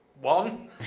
One